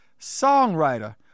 songwriter